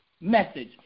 message